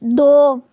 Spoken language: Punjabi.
ਦੋ